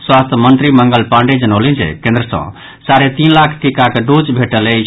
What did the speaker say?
स्वास्थ्य मंत्री मंगल पांडेय जनौलनि जे केन्द्र सँ साढ़े तीन लाख टीकाक डोज भेटल अछि